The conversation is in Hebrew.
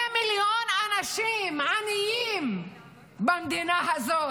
2 מיליון אנשים עניים במדינה הזאת,